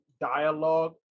dialogue